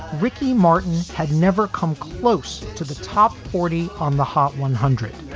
ricky martin had never come close to the top forty on the hot one hundred,